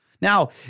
Now